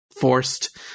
forced